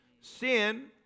Sin